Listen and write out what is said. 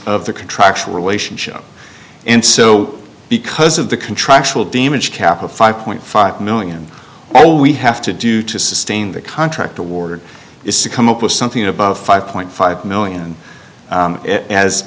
of the contractual relationship and so because of the contractual damage cap of five point five million and all we have to do to sustain the contract award is to come up with something above five point five million